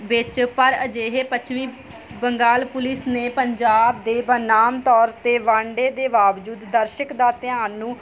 ਵਿੱਚ ਪਰ ਅਜਿਹੇ ਪੱਛਮੀ ਬੰਗਾਲ ਪੁਲਿਸ ਨੇ ਪੰਜਾਬ ਦੇ ਬਨਾਮ ਤੌਰ 'ਤੇ ਵਾਂਡੇ ਦੇ ਬਾਵਜੂਦ ਦਰਸ਼ਕ ਦਾ ਧਿਆਨ ਨੂੰ